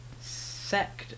sect